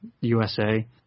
USA